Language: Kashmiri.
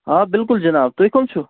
آ بِلکُل جِناب تُہۍ کَم چھِو